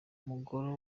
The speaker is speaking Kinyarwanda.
mugore